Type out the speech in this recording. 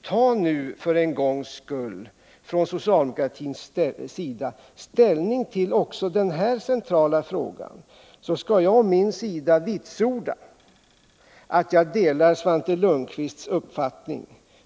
Ta nu från socialdemokratiskt håll för en gångs skull ställning också till den här centrala frågan, så skall jag på min sida vitsorda att jag delar Svante Lundkvists uppfattning.